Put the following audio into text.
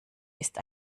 ist